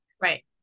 Right